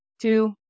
two